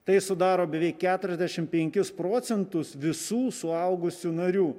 tai sudaro beveik keturiasdešim penkis procentus visų suaugusių narių